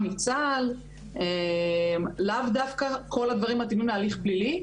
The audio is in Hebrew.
לאו דווקא כל המקרים מתאימים להליכים פליליים.